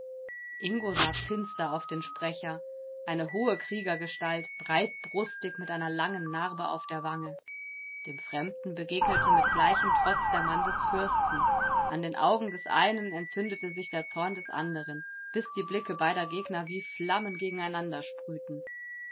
ingo sah finster auf den sprecher eine hohe kriegergestalt breitbrustig mit einer langen narbe auf der wange dem fremden begegnete mit gleichem trotz der mann des fürsten an den augen des einen entzündete sich der zorn des anderen bis die blicke beider gegner wie flammen gegeneinander sprühten